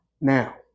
now